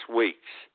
week's